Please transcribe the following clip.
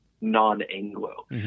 non-Anglo